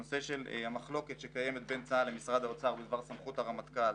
הנושא של המחלוקת שקיימת בין צה"ל למשרד האוצר בדבר סמכות הרמטכ"ל